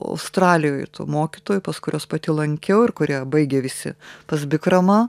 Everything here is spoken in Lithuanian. australijoj tų mokytojų pas kuriuos pati lankiau ir kurie baigė visi pas bikramą